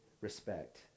respect